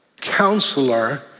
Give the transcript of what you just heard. Counselor